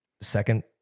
second